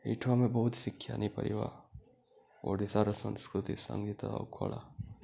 ଏଇଠୁ ଆମେ ବହୁତ ଶିକ୍ଷା ନେଇପାରିବା ଓଡ଼ିଶାର ସଂସ୍କୃତି ସଙ୍ଗୀତ ଆଉ କଳା